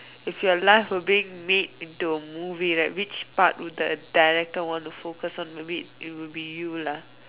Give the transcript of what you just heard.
if your life were being made into the movie right which part would the director want to focus on maybe it would be you lah